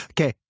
Okay